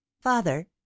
FATHER